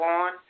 on